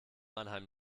mannheim